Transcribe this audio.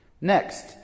Next